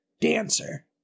dancer